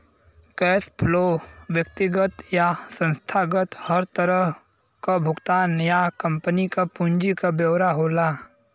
cash flow व्यक्तिगत या संस्थागत हर तरह क भुगतान या कम्पनी क पूंजी क ब्यौरा होला